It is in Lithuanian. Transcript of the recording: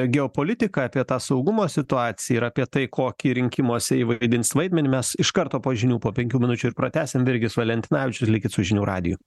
geopolitiką apie tą saugumo situaciją ir apie tai kokį rinkimuose ji vaidins vaidmenį mes iš karto po žinių po penkių minučių ir pratęsim virgis valentinavičius likit su žinių radiju